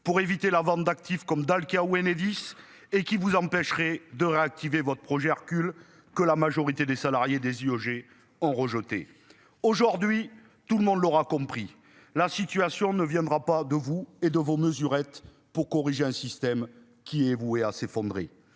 pour éviter la vente d'actifs comme dans le cas où Enedis et qui vous empêcherait de réactiver votre projet recule, que la majorité des salariés des IEG ont rejeté aujourd'hui tout le monde l'aura compris, la situation ne viendra pas de vous et de vos mesurettes pour corriger un système qui est voué à s'effondrer.